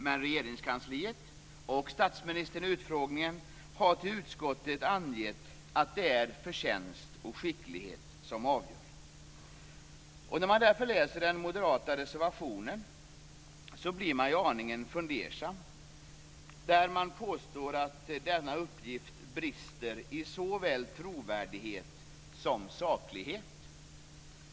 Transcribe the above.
Men Regeringskansliet, och statsministern i utfrågningen, har till utskottet angett att det är förtjänst och skicklighet som avgör. När man läser den moderata reservationen blir man därför aningen fundersam. Man påstår där att denna uppgift brister i såväl trovärdighet som saklighet.